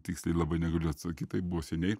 tiksliai labai negaliu atsakyt tai buvo seniai